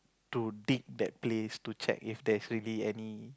to dig that place to check if there is really any